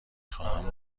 خواهم